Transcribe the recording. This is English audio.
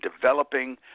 developing